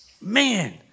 man